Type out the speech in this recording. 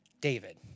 David